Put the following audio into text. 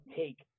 take